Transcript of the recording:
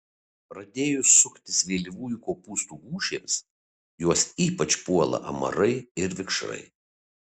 pradėjus suktis vėlyvųjų kopūstų gūžėms juos ypač puola amarai ir vikšrai